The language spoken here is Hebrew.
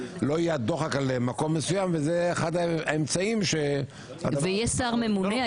אז לא יהיה הדוחק על מקום מסוים וזה אחד האמצעים --- ויהיה שר ממונה?